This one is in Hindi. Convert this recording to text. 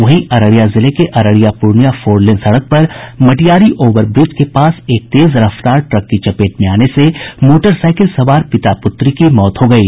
वहीं अररिया जिले के अररिया पूर्णियां फोरलेन सड़क पर मटियारी ओवर ब्रिज के पास एक तेज रफ्तार ट्रक की चपेट में आने से मोटरसाईकिल सवार पिता पुत्री की मौत हो गयी